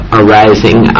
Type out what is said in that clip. arising